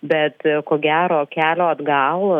bet ko gero kelio atgal